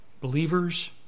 believers